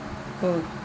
oh